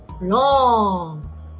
Long